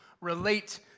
relate